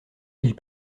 ils